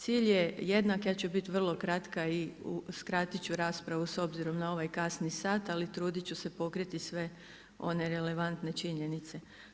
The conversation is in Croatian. Cilj je jednak, ja ću biti vrlo kratka i skratiti ću raspravu s obzirom na ovaj kasni sat, ali truditi ću se pokriti sve one relevantne činjenice.